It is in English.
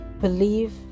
believe